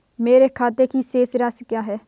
मेरे खाते की शेष राशि क्या है?